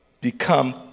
become